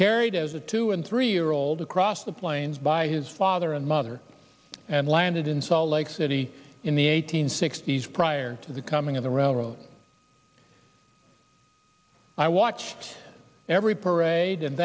carried as a two and three year old across the plains by his father and mother and landed in salt lake city in the eight hundred sixty s prior to the coming of the railroad i watched every parade